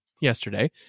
yesterday